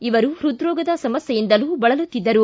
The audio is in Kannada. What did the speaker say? ಇವರು ಹೃದ್ರೋಗದ ಸಮಸ್ಖೆಯಿಂದಲೂ ಬಳಲುತ್ತಿದ್ದರು